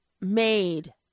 made